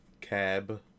Cab